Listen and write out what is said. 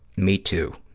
me, too,